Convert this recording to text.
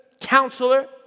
counselor